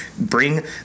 bring